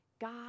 God